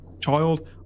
child